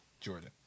Jordan